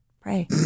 pray